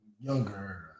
younger